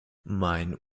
mein